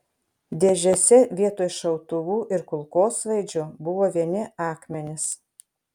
dėžėse vietoj šautuvų ir kulkosvaidžių buvo vieni akmenys